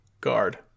guard